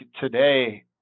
today